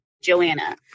Joanna